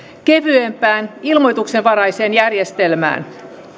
kevyempään ilmoituksenvaraiseen järjestelmään